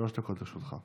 שלוש דקות לרשותך.